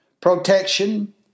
protection